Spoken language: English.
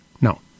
No